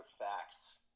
facts